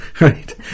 right